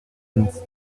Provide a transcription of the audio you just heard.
and